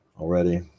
already